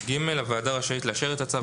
(ג)הוועדה רשאית לאשר את הצו,